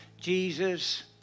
Jesus